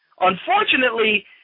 Unfortunately